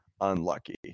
unlucky